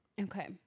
Okay